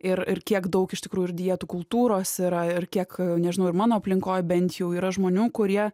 ir ir kiek daug iš tikrųjų ir dietų kultūros yra ir kiek nežinau ir mano aplinkoj bent jau yra žmonių kurie